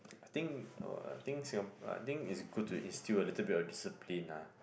I think uh I think Singap~ uh I think it's good to instil a little bit of discipline lah